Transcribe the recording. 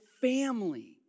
family